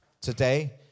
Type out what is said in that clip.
today